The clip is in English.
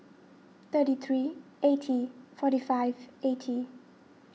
thirty three eighty forty five eighty